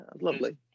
Lovely